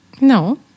no